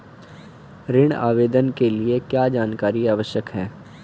ऋण आवेदन के लिए क्या जानकारी आवश्यक है?